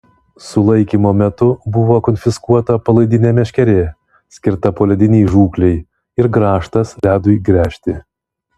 sulaikymo metu buvo konfiskuota palaidinė meškerė skirta poledinei žūklei ir grąžtas ledui gręžti